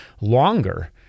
longer